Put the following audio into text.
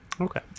okay